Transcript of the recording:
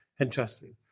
interesting